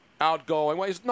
outgoing